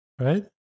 right